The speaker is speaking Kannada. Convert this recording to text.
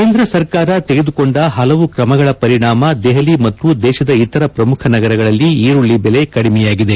ಕೇಂದ್ರ ಸರ್ಕಾರ ತೆಗೆದುಕೊಂಡ ಹಲವು ಕ್ರಮಗಳ ಪರಿಣಾಮ ದೆಹಲಿ ಮತ್ತು ದೇಶದ ಇತರ ಪ್ರಮುಖ ನಗರಗಳಲ್ಲಿ ಈರುಳ್ಳಿ ಬೆಲೆ ಕಡಿಮೆಯಾಗಿದೆ